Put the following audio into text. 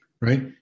right